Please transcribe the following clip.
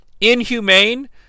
inhumane